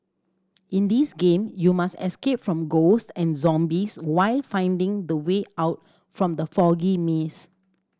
in this game you must escape from ghost and zombies while finding the way out from the foggy maze